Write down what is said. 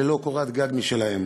ללא קורת גג משלהם.